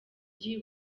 ugiye